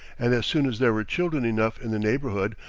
and as soon as there were children enough in the neighborhood,